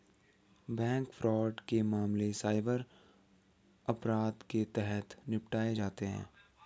bank fraud के मामले cyber अपराध के तहत निपटाए जाते हैं